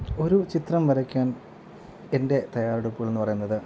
ഒരു ചിത്രം വരയ്ക്കാൻ എൻ്റെ തയ്യാറെടുപ്പുകൾ എന്ന് പറയുന്നത്